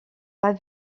pas